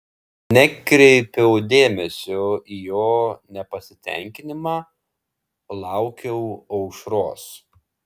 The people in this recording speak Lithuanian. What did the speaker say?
nekreipiau dėmesio į jo nepasitenkinimą laukiau aušros